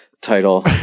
title